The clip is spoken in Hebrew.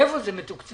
איפה זה מתוקצב?